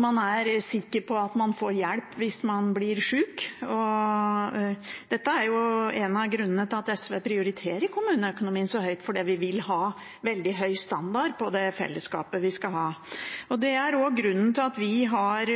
man må være sikker på at man får hjelp hvis man blir syk. Dette er en av grunnene til at SV prioriterer kommuneøkonomien så høyt, for vi vil ha veldig høy standard på det fellesskapet vi skal ha. Det er også grunnen til at vi har